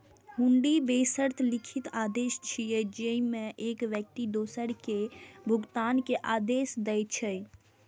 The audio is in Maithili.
हुंडी बेशर्त लिखित आदेश छियै, जेइमे एक व्यक्ति दोसर कें भुगतान के आदेश दै छै